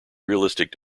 realistic